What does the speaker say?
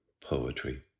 poetry